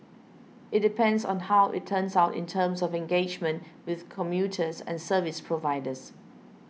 it depends on how it turns out in terms of engagement with commuters and service providers